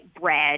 bread